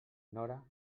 nora